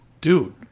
dude